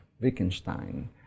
Wittgenstein